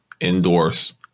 indoors